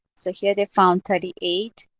so here they found thirty eight,